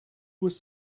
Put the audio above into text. was